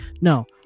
No